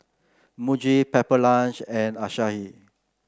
Muji Pepper Lunch and Asahi